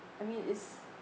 I mean it's